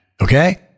okay